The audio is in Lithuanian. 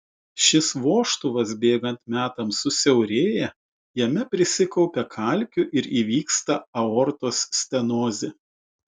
šis vožtuvas bėgant metams susiaurėja jame prisikaupia kalkių ir įvyksta aortos stenozė